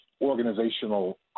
organizational